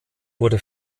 wurde